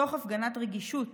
תוך הפגנת רגישות